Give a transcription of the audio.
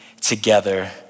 together